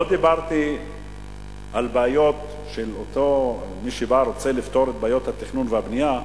לא דיברתי על בעיות של מי שבא ורוצה לפתור את בעיות התכנון והבנייה.